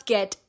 Get